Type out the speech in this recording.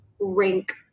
rank